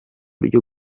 ryo